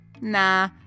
nah